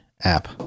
app